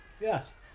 Yes